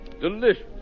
delicious